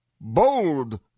bold